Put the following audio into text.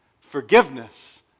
Forgiveness